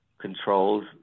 controls